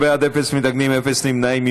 16 בעד, אפס מתנגדים, אפס נמנעים.